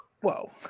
whoa